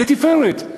לתפארת.